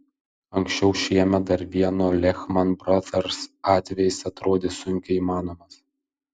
anksčiau šiemet dar vieno lehman brothers atvejis atrodė sunkiai įmanomas